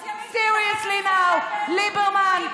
אני סוציאליסטית, Seriously now, ליברמן?